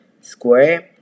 square